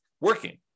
working